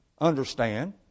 understand